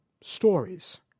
Stories